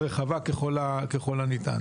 מזעזע ברמה כזו או אחרת את היציבות הכלכלית של מדינת